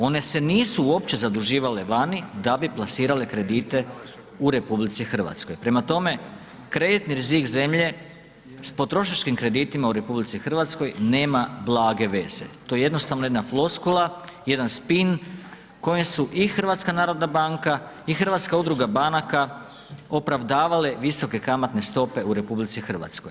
One se nisu uopće zaduživale vani da bi plasirale kredite u RH, prema tome krediti rizik zemlje s potrošačkim kreditima u RH nema blage veze, to je jednostavno jedna floskula, jedan spin kojim su i HNB i Hrvatska udruga banaka opravdavale visoke kamatne stope u RH.